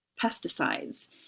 pesticides